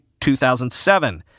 2007